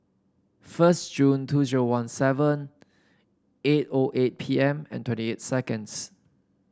first June two zero one seven eight O eight P M and twenty eight seconds